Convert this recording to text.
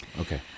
Okay